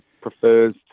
prefers